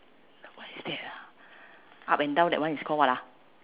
what is that ah up and down that one is call what ah